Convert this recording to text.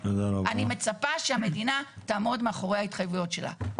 אני מצפה שהמדינה תעמוד מאחורי ההתחייבויות שלה.